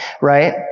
right